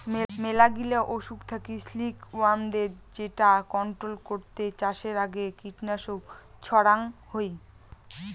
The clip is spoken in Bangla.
মেলাগিলা অসুখ থাকি সিল্ক ওয়ার্মদের যেটা কন্ট্রোল করতে চাষের আগে কীটনাশক ছড়াঙ হই